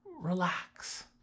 Relax